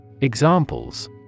Examples